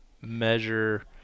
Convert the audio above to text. measure